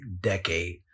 decade